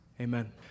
Amen